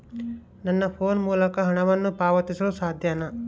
ನನ್ನ ಫೋನ್ ಮೂಲಕ ಹಣವನ್ನು ಪಾವತಿಸಲು ಸಾಧ್ಯನಾ?